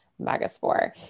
Megaspore